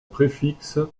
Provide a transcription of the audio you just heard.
préfixe